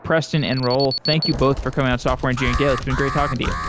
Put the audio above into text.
preston and raul, thank you both for coming on software engineering daily. it's been great talking to you.